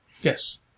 Yes